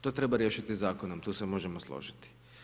To treba riješiti zakonom, tu se možemo složiti.